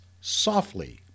softly